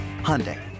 Hyundai